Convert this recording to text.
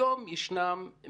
היום יש מאות,